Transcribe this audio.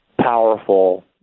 powerful